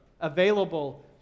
available